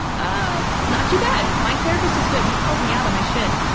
ah not too bad. my therapist is good. he calls me out on my shit.